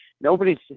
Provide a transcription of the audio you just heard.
nobody's